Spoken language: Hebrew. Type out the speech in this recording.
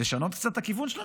לשנות קצת את הכיוון של הממשלה,